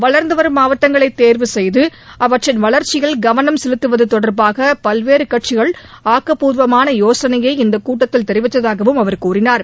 வளர்ந்து வரும் மாவட்டங்களை தேர்வு செய்து அவற்றின் வளர்ச்சியில் கவனம் செலுத்துவது தொடர்பாக பல்வேறு கட்சிகள் ஆக்கபூர்வமான போசனையை இந்தக் கூட்டத்தில் தெரிவித்ததாகவும் அவர் கூறினார்